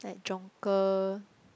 like Jonker